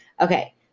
Okay